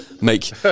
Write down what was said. make